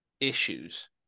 issues